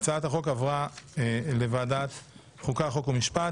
הצעת החוק עברה לוועדת החוקה, חוק ומשפט.